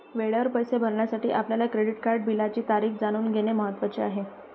वेळेवर पैसे भरण्यासाठी आपल्या क्रेडिट कार्ड बिलाची तारीख जाणून घेणे महत्वाचे आहे